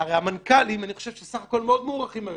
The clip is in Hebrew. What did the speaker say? הרי אני חושב שהמנכ"לים בסך הכול מאוד מוערכים בממשלה.